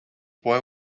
boy